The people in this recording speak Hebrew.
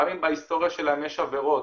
גם אם בהיסטוריה שלהם יש עבירות